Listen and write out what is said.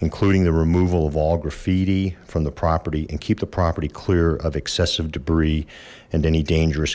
including the removal of all graffiti from the property and keep the property clear of excessive debris and any dangerous